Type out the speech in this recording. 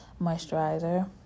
moisturizer